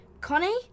Connie